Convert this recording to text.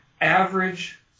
average